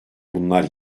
bunlar